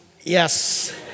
Yes